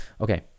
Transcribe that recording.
Okay